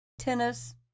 tennis